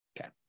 Okay